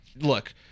Look